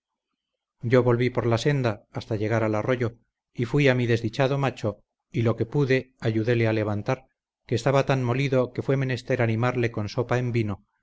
yo volví por la senda hasta llegar al arroyo y fuí a mi desdichado macho y lo que pude ayudéle a levantar que estaba tan molido que fue menester animarle con sopa en vino